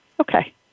Okay